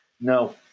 no